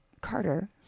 Carter